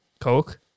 Coke